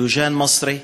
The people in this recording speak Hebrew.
תיג'אן אל-מצרי,